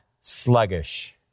sluggish